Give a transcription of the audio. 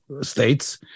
states